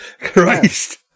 Christ